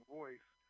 voice